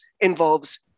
involves